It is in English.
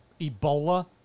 Ebola